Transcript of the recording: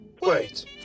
Wait